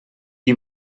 qui